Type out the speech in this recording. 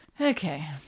Okay